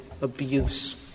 abuse